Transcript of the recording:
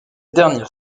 dernière